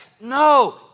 No